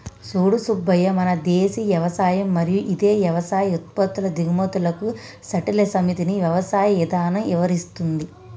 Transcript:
సూడు సూబ్బయ్య మన దేసీయ యవసాయం మరియు ఇదే యవసాయ ఉత్పత్తుల దిగుమతులకు సట్టిల సమితిని యవసాయ ఇధానం ఇవరిస్తుంది